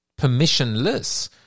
permissionless